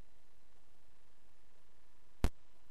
היא ירדן, וכל